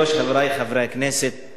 רבותי חברי הכנסת,